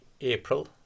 April